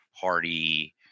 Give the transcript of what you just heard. party